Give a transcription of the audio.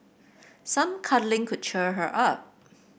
some cuddling could cheer her up